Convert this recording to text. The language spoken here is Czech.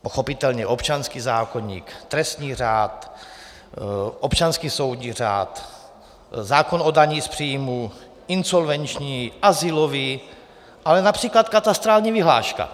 Pochopitelně občanský zákoník, trestní řád, občanský soudní řád, zákon o dani z příjmů, insolvenční, azylový, ale například katastrální vyhláška.